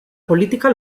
política